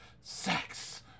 sex